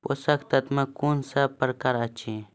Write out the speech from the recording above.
पोसक तत्व मे कून सब प्रकार अछि?